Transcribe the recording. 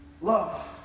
Love